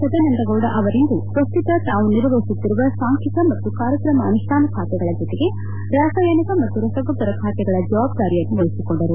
ಸದಾನಂದಗೌಡ ಅವರಿಂದು ಪ್ರಸ್ತುತ ತಾವು ನಿರ್ವಹಿಸುತ್ತಿರುವ ಸಾಂಖ್ಲಿಕ ಮತ್ತು ಕಾರ್ಯಕ್ರಮ ಅನುಷ್ಠಾನ ಖಾತೆಗಳ ಜೊತೆಗೆ ರಾಸಾಯನಿಕ ಮತ್ತು ರಸಗೊಬ್ಬರ ಖಾತೆಗಳ ಜವಾಬ್ದಾರಿಯನ್ನೂ ವಹಿಸಿಕೊಂಡರು